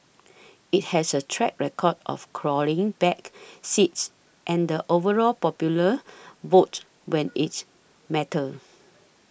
it has a track record of clawing back seats and the overall popular vote when its mattered